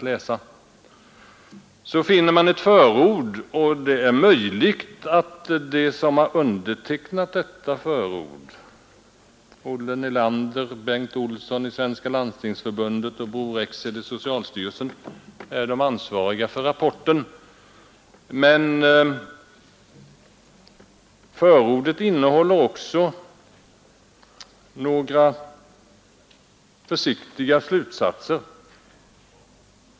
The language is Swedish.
Här finner man ett förord, och det är möjligt att de som undertecknat detta förord — Olle Nelander, Bengt Olsson i Svenska landstingsförbundet och Bror Rexed i socialstyrelsen — är de ansvariga för rapporten. Men förordet innehåller också några försiktiga slutsatser.